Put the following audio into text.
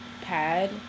pad